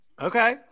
Okay